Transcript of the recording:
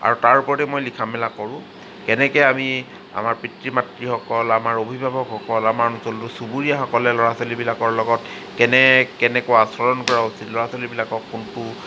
আৰু তাৰ ওপৰতে মই লিখা মেলা কৰোঁ কেনেকৈ আমি আমাৰ পিতৃ মাতৃসকল আমাৰ অভিভাৱকসকল আমাৰ অঞ্চলটোৰ চুবুৰীয়াসকলে ল'ৰা ছোৱালীবিলাকৰ লগত কেনে কেনেকুৱা আচৰণ কৰা উচিত ল'ৰা ছোৱালীবিলাকক কোনটো